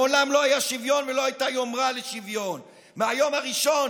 מעולם לא היה שוויון ולא הייתה יומרה לשוויון מהיום הראשון,